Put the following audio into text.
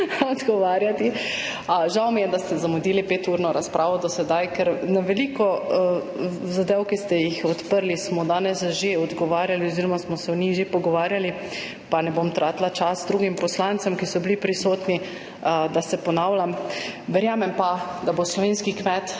odgovarjanja. Žal mi je, da ste zamudili peturno razpravo do sedaj, ker smo na veliko zadev, ki ste jih odprli, danes že odgovarjali oziroma smo se o njih že pogovarjali. Pa ne bom tratila časa drugim poslancem, ki so bili prisotni, da se ponavljam, verjamem pa, da bo slovenski kmet